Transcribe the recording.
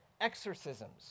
exorcisms